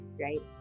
right